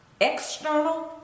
External